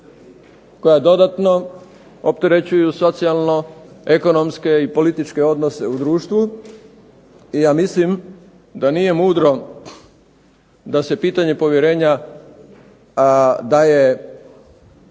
koja dodatno opterećuju socijalno, ekonomske i političke odnose u društvu. I ja mislim da nije mudro da se pitanje povjerenja daje